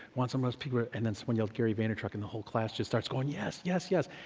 want some of those people, and then someone yelled gary vaynerchuk and the whole class just starts going yes, yes, yes.